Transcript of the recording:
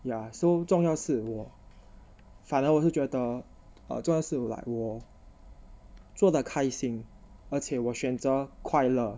ya so 重要是我反而我是觉得 uh 重要是 like 我 uh 做的开心而且我选择快乐